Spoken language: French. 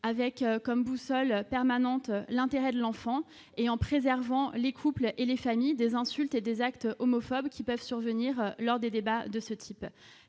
avec comme boussole permanente, l'intérêt de l'enfant et en préservant les couples et les familles des insultes et des actes homophobes qui peuvent survenir lors des débats de ce type,